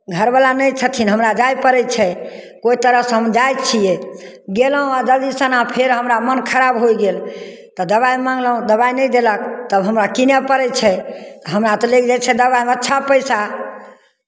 घरवला नहि छथिन हमरा जाय पड़ै छै कोइ तरहसँ हम जाइ छियै गयलहुँ आ जल्दी सना फेर हमरा मोन खराब होय गेल तऽ दबाइ मङ्गलहुँ दबाइ नहि देलक तब हमरा कीनय पड़ै छै हमरा तऽ लागि जाइ छै दबाइमे अच्छा पैसा